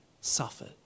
suffered